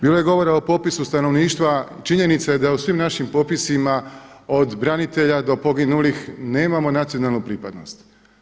Bilo je govora o popisu stanovništva i činjenica je da je u svim našim popisima od branitelja do poginulih nemamo nacionalnu pripadnost.